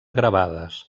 gravades